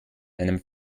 einem